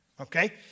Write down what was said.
okay